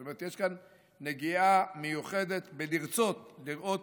זאת אומרת, יש כאן נגיעה מיוחדת בלרצות לראות